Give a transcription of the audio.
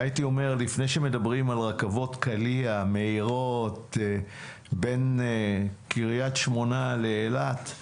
לפני שמדברים על רכבות קליע מהירות בין קריית שמונה לאילת,